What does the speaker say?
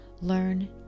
Learn